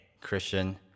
Christian